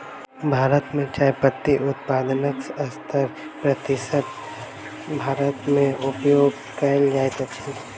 भारत मे चाय पत्ती उत्पादनक सत्तर प्रतिशत भारत मे उपयोग कयल जाइत अछि